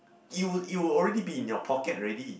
it'll it will already be in your pocket already